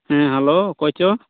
ᱦᱮᱸ ᱦᱮᱞᱳ ᱚᱠᱚᱭᱪᱚ